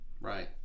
Right